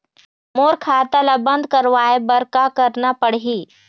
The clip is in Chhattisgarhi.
मोर खाता ला बंद करवाए बर का करना पड़ही?